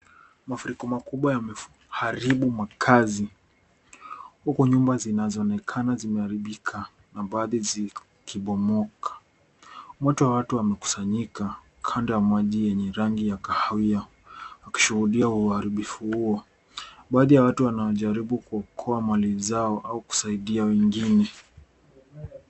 Mafuriko makubwa yameharibu makazi, huku nyumba zinazoonekana zimeharibika na baadhi zikibomoka. Umati wa watu wamekusanyika kando ya maji yenye rangi ya kahawia, wakishuhudia uharibifu huo. Baadhi ya watu wanaojaribu kuokoa mali zao au kusaidia wengine.